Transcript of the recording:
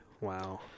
Wow